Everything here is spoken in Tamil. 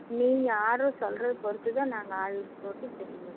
நீங்கள் ஆடர் சொல்கிறதை பொறுத்துதான் நாங்கள் ஆள் போட்டு செய்ய முடியும்